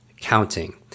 counting